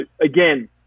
again